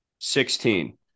Sixteen